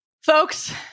Folks